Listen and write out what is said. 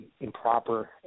improper